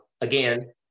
again